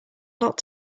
lot